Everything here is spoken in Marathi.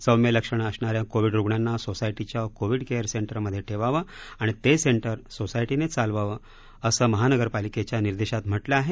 सौम्य लक्षणं असणाऱ्या कोविड रुग्णांना सोसायटीच्या कोविड केअर सेंटर मधे ठेवावं आणि ते सेंटर सोसायटीनेच चालवावं असं महानगरपालिकेच्या निर्देशात म्हटलं आहे